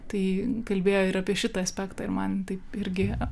tai kalbėjo ir apie šitą aspektą ir man taip irgi